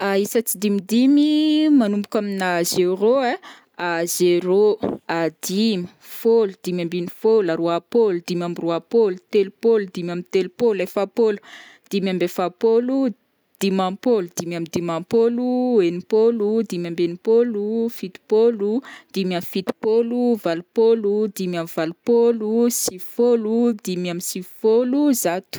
isa tsidimidimy manomboka amina zéro ai: zéro, dimy, fôlo, dimy ambiny fôlo, aroa-pôlo, dimy amby roa-pôlo, telopôlo, dimy amby telopôlo, efa-pôlo, dimy amby efa-pôlo, dimampôlo, dimy amby dimampôlo, enim-pôlo, dimy amby enim-pôlo, fito-pôlo, dimy amby fito-pôlo, valo-pôlo, dimy amby valo-pôlo, sivy fôlo, dimy amby sivy fôlo, zato.